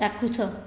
ଚାକ୍ଷୁଷ